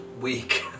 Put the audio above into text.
week